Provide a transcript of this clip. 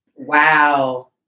Wow